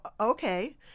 okay